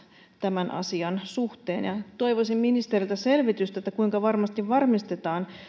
tämän asian suhteen toivoisin ministeriltä selvitystä siitä kuinka varmasti varmistetaan